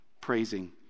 praising